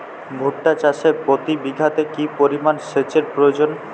ভুট্টা চাষে প্রতি বিঘাতে কি পরিমান সেচের প্রয়োজন?